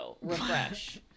Refresh